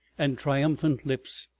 and triumphant lips,